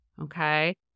Okay